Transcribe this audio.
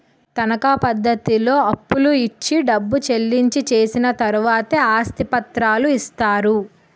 తనకా పద్ధతిలో అప్పులు ఇచ్చి డబ్బు చెల్లించి చేసిన తర్వాతే ఆస్తి పత్రాలు ఇస్తారు